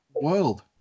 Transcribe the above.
world